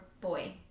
boy